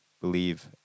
believe